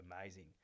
amazing